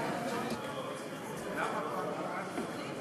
חברי הכנסת, להלן התוצאות,